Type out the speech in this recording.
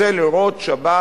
רוצה לראות שבת